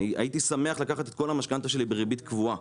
אני הייתי שמח לקחת את כל המשכנתא שלי בריבית קבועה,